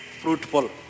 fruitful